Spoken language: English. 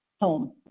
home